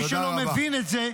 מי שלא מבין את זה,